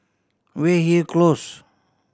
Weyhill Close